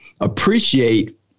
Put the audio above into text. appreciate